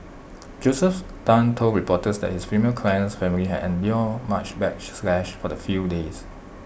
Josephus Tan told reporters that his female client's family had endured much backlash for the few days